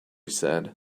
said